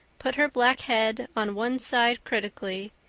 put her black head on one side critically,